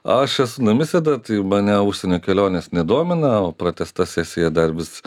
aš esu namisėda tai mane užsienio kelionės nedomina o pratęsta sesija dar vis